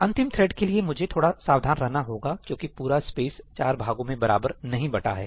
अंतिम थ्रेड् के लिए मुझे थोड़ा सावधान रहना होगा क्योंकि पूरा स्पेस चार भागों में बराबर नहीं बटा है